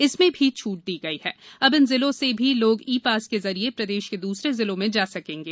इसमें भी छूट दी गई है अब इन जिलों से भी लोग ई पास के जरिए प्रदेश के दूसरे जिलों में जा सकेंगे